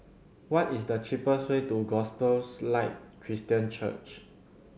what is the cheapest way to Gospels Light Christian Church